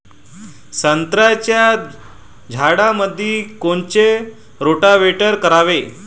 संत्र्याच्या झाडामंदी कोनचे रोटावेटर करावे?